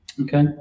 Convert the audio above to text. okay